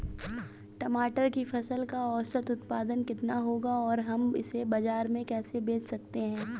टमाटर की फसल का औसत उत्पादन कितना होगा और हम इसे बाजार में कैसे बेच सकते हैं?